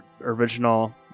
original